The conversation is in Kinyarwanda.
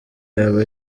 yaba